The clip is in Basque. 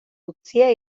utzia